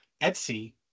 Etsy